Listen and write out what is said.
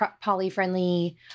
poly-friendly